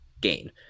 gain